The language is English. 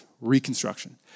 Reconstruction